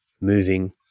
moving